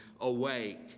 Awake